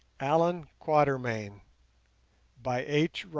allan quatermain by h.